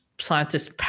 scientists